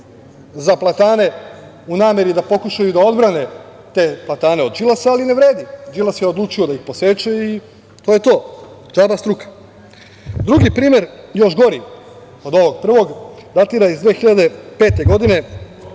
za platane u nameri da pokušaju da odbrane te platane od Đilasa, ali ne vredi, Đilas je odlučio da ih poseče i to je to. Džaba struka. Drugi primer, još gori od ovog prvog, datira iz 2005. godine,